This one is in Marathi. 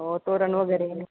हो तोरण वगैरे